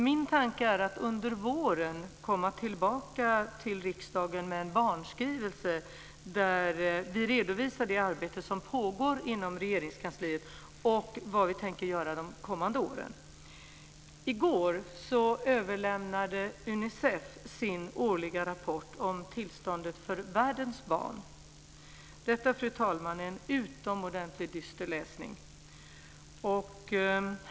Min tanke är att under våren komma tillbaka till riksdagen med en barnskrivelse där vi redovisar det arbete som pågår inom Regeringskansliet och vad vi tänker göra de kommande åren. I går överlämnade UNICEF sin årliga rapport om tillståndet för världens barn. Detta, fru talman, är en utomordentligt dyster läsning.